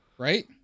right